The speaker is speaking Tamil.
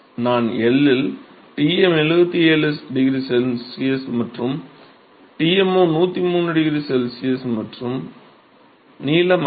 நான் L இல் Tm 77 𝆩 C மற்றும் Tmo 103 𝆩 C மற்றும் நீளம் 5 m